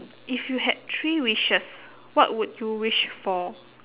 if you had three wishes what would you wish for